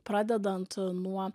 pradedant nuo